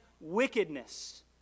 wickedness